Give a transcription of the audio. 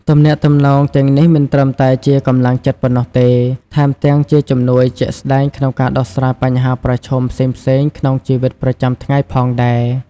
ទំនាក់ទំនងទាំងនេះមិនត្រឹមតែជាកម្លាំងចិត្តប៉ុណ្ណោះទេ ថែមទាំងជាជំនួយជាក់ស្ដែងក្នុងការដោះស្រាយបញ្ហាប្រឈមផ្សេងៗក្នុងជីវិតប្រចាំថ្ងៃផងដែរ ។